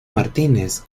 martínez